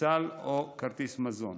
בסל או כרטיס מזון,